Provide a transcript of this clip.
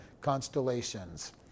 constellations